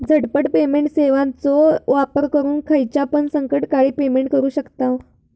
झटपट पेमेंट सेवाचो वापर करून खायच्यापण संकटकाळी पेमेंट करू शकतांव